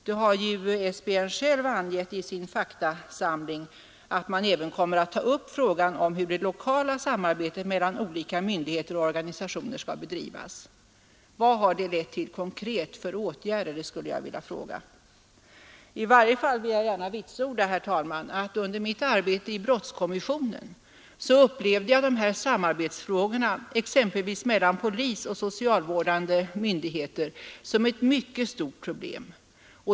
SBN har ju själv i sin faktasamling sagt att man kommer att ta upp frågan om hur det lokala samarbetet mellan olika myndigheter och organisationer skall bedrivas. Jag vill fråga vilka konkreta åtgärder det har lett till. I varje fall vill jag vitsorda, herr talman, att jag under mitt arbete i brottskommissionen upplevde dessa samarbetsfrågor, exempelvis mellan polis och socialvårdande myndigheter, som ett mycket stort problem.